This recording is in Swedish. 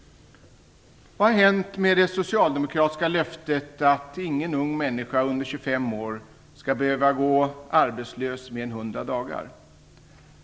Vad har hänt med det socialdemokratiska löftet att ingen ung människa under 25 år skall behöva gå arbetslös mer än 100 dagar?